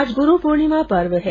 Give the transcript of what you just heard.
आज गुरू पूर्णिमा पर्व है